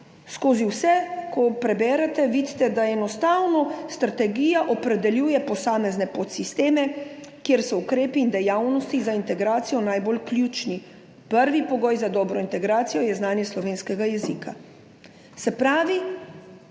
Ko vse preberete, vidite, da enostavno strategija opredeljuje posamezne podsisteme, kjer so ukrepi in dejavnosti za integracijo najbolj ključni. Prvi pogoj za dobro integracijo je znanje slovenskega jezika. Se pravi,